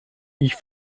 ich